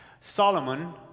Solomon